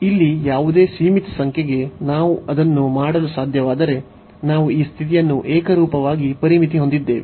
ಇಲ್ಲಿ ಯಾವುದೇ ಸೀಮಿತ ಸಂಖ್ಯೆಗೆ ನಾವು ಅದನ್ನು ಮಾಡಲು ಸಾಧ್ಯವಾದರೆ ನಾವು ಈ ಸ್ಥಿತಿಯನ್ನು ಏಕರೂಪವಾಗಿ ಪರಿಮಿತಿ ಹೊಂದಿದ್ದೇವೆ